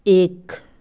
एक